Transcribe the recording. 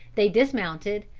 they dismounted,